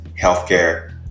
healthcare